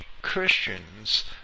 Christians